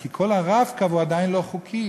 כי כל ה"רב-קו" עדיין לא חוקי,